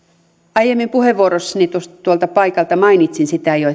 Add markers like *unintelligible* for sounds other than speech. aiemmin puheenvuorossani tuolta paikalta jo *unintelligible*